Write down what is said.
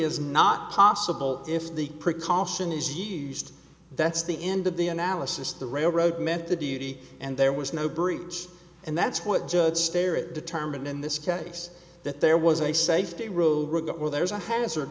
is not possible if the precaution is used that's the end of the analysis the railroad meant the duty and there was no breach and that's what judge sterrett determined in this case that there was a safety rule where there's a hazard